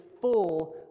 full